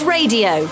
Radio